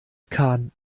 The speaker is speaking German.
kahn